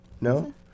No